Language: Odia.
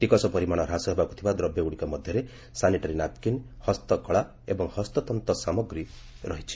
ଟିକସ ପରିମାଣ ହ୍ରାସ ହେବାକୁଥିବା ଦ୍ରବ୍ୟଗୁଡ଼ିକ ମଧ୍ୟରେ ସାନିଟାରୀ ନାପ୍କିନ୍ ହସ୍ତକଳା ଏବଂ ହସ୍ତତନ୍ତ ସାମଗ୍ରୀ ରହିଛି